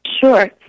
Sure